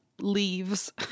leaves